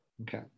Okay